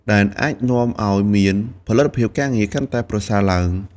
ដែលអាចនាំឱ្យមានផលិតភាពការងារកាន់តែប្រសើរឡើង។